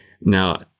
Now